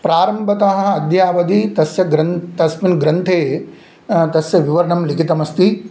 प्रारम्भतः अद्य अवधि तस्य ग्रन् तस्मिन् ग्रन्थे तस्य विवरणं लिखितमस्ति